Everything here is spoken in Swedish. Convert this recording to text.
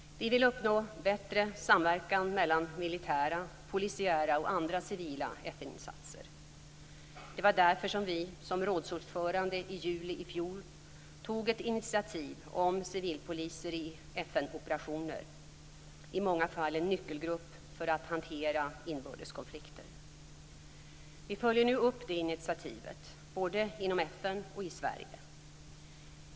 Vi vill uppnå bättre samverkan mellan militära, polisiära och andra civila FN-insatser. Det var därför vi som rådsordförande i juli i fjol tog ett initiativ om civilpoliser i FN-operationer - i många fall en nyckelgrupp för att hantera inbördes konflikter. Vi följer nu upp detta initiativ, både inom FN och i Sverige.